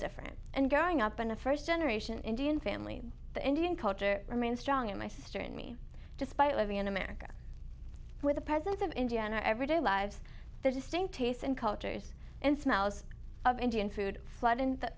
different and growing up in a first generation indian family the indian culture remains strong in my sister and me despite living in america with the presence of india and everyday lives there distinct tastes and cultures and smells of indian food flood in the